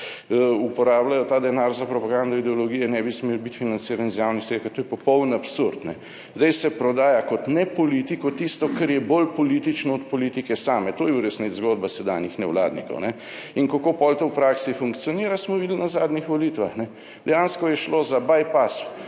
(Nadaljevanje) ne bi smel biti financirani iz javnih sredstev, to je popoln absurd. Zdaj se prodaja kot ne politiko, tisto kar je bolj politično od politike same. To je v resnici zgodba sedanjih nevladnikov. In kako pol to v praksi funkcionira smo videli na zadnjih volitvah. Dejansko je šlo za bypass